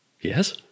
Yes